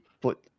put